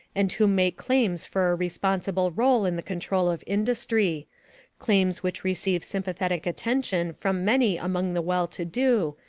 and who make claims for a responsible role in the control of industry claims which receive sympathetic attention from many among the well-to-do,